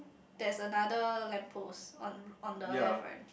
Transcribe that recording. there's another lamp post on on the left right